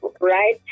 right